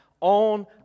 on